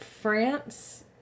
France